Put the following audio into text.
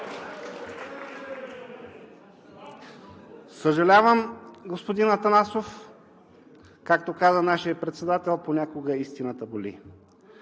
Съжалявам, господин Атанасов. Както казва нашият председател: „Понякога истината боли“,